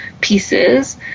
pieces